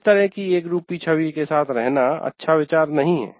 इस तरह की एकरूपी छवि के साथ रहना अच्छा विचार नहीं है